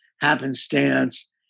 happenstance